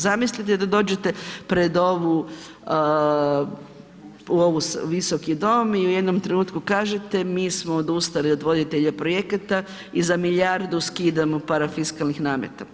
Zamislite da dođete pred ovu, u ovu visoki dom i u jednom trenutku kažete mi smo odustali od voditelja projekata i za milijardu skidamo parafiskalnih nameta.